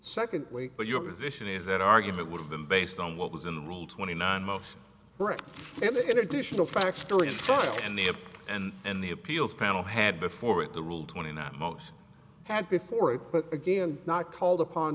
secondly but your position is that argument would have been based on what was in the rule twenty nine most and in additional facts stories in the air and and the appeals panel had before it the rule twenty ninth most had before it but again not called upon